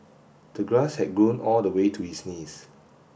the grass had grown all the way to his knees